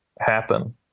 Happen